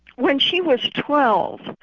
when she was twelve,